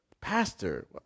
pastor